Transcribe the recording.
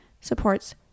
supports